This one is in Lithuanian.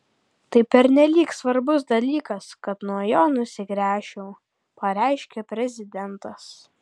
tai pernelyg svarbus dalykas kad nuo jo nusigręžčiau pareiškė prezidentas